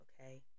okay